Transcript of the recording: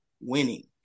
winning